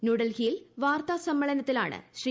ന്യൂഡൽഹിയിൽ വാർത്താ സമ്മേളനത്തിലാണ് ശ്രീ